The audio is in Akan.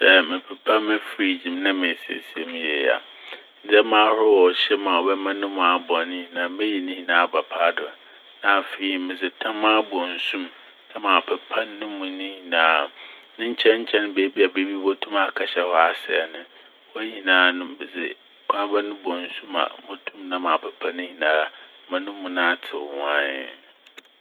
Sɛ merepepa me "fridge" m' na mesisie mu yie a. Ndzɛma ahorow a ɔhyɛ m' a ɔbɛma no mu abɔn ne nyinaa meyi ne nyinaa aba paado. Na afei medze tam abɔ nsu m' na mapepa no mu ne nyinaa. Ne nkyɛnkyɛn beebi a biribi botum akɛhyɛ hɔ asɛe no, hɔ nyinaa no medze koraba no bɔ nsu mu a motum na mapepa no mu nyinaa ma no mu atsew nwaenn.